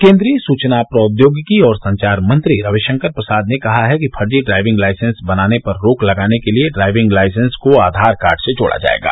केन्द्रीय सूचना प्रौद्योगिकी और संचार मंत्री रविशंकर प्रसाद ने कहा है कि फर्जी ड्राइविंग लाइसेंस बनाने पर रोक लगाने के लिए ड्राइविंग लाइसेंस को आधार कार्ड से जोड़ा जाएगा